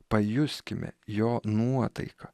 pajuskime jo nuotaiką